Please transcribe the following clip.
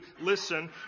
listen